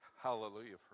Hallelujah